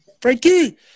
Frankie